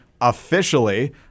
officially